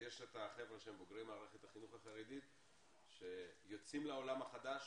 יש את החבר'ה שהם בוגרי מערכת החינוך החרדית שיוצאים לעולם החדש